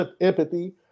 empathy